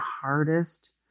hardest